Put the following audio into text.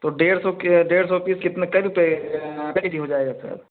तो डेढ़ सौ के डेढ़ सौ पीस कितने कए रुपए कए के जी हो जाएगा सर